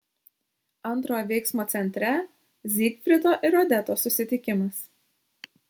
antrojo veiksmo centre zygfrido ir odetos susitikimas